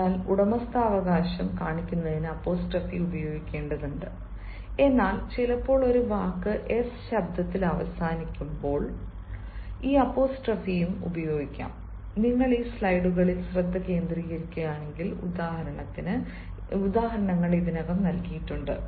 അതിനാൽ ഉടമസ്ഥാവകാശം കാണിക്കുന്നതിന് അപ്പോസ്ട്രോഫി ഉപയോഗിക്കേണ്ടതുണ്ട് എന്നാൽ ചിലപ്പോൾ ഒരു വാക്ക് s ശബ്ദത്തിൽ അവസാനിക്കുമ്പോൾ ഈ അപ്പോസ്ട്രോഫിയും ഉപയോഗിക്കാം നിങ്ങൾ ഈ സ്ലൈഡുകളിൽ ശ്രദ്ധ കേന്ദ്രീകരിക്കുകയാണെങ്കിൽ ഉദാഹരണങ്ങൾ ഇതിനകം നൽകിയിട്ടുണ്ട്